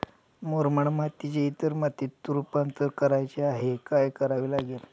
मुरमाड मातीचे इतर मातीत रुपांतर करायचे आहे, काय करावे लागेल?